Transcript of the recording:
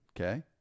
Okay